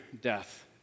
death